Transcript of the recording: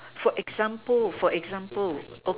for example for example